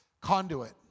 Conduit